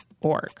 org